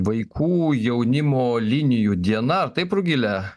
vaikų jaunimo linijų diena taip rugile